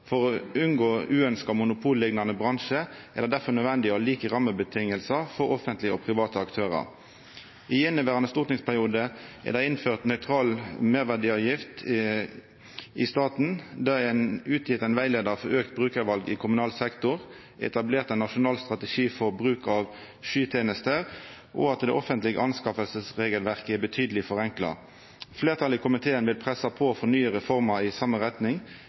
For å unngå uønskte monopolliknande bransjar er det difor nødvendig å ha like rammevilkår for offentlege og private aktørar. I inneverande stortingsperiode er det innført nøytral meirverdiavgift i staten, det er utgjeve ein rettleiar for auka brukarval i kommunal sektor og etablert ein nasjonal strategi for bruk av skytenester, og det offentlege anskaffingsregelverket er betydeleg forenkla. Fleirtalet i komiteen vil pressa på for nye reformer i same retning.